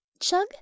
Chug